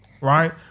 right